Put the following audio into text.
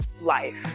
life